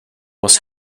was